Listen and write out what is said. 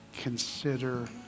consider